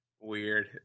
Weird